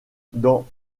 dans